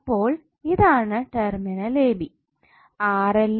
അപ്പോൾ ഇതാണ് terminal a b